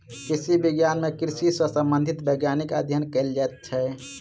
कृषि विज्ञान मे कृषि सॅ संबंधित वैज्ञानिक अध्ययन कयल जाइत छै